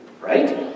right